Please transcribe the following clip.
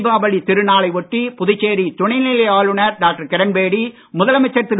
தீபாவளி திருநாளை ஒட்டி புதுச்சேரி துணைநிலை ஆளுநர் டாக்டர் கிரண்பேடி முதலமைச்சர் திரு